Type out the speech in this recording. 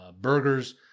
burgers